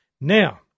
Now